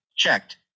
checked